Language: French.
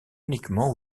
uniquement